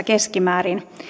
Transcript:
keskimäärin